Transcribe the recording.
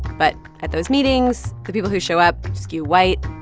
but at those meetings, the people who show up skew white,